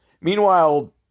meanwhile